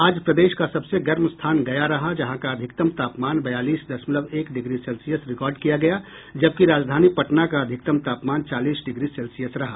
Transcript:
आज प्रदेश का सबसे गर्म स्थान गया रहा जहां का अधिकतम तापमान बयालीस दशमलव एक डिग्री सेल्सियस रिकॉर्ड किया गया जबकि राजधानी पटना का अधिकतम तापमान चालीस डिग्री सेल्सियस रहा